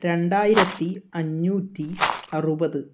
രണ്ടായിരത്തി അഞ്ഞൂറ്റി അറുപത്